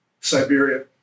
Siberia